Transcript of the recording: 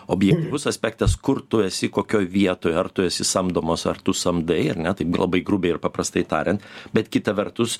objektyvus aspektas kur tu esi kokioj vietoj ar tu esi samdomas ar tu samdai ar ne taip labai grubiai ir paprastai tariant bet kita vertus